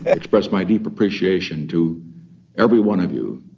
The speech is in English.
express my deep appreciation to every one of you,